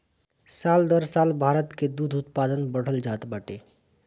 साल दर साल भारत कअ दूध उत्पादन बढ़ल जात बाटे